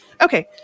Okay